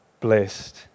blessed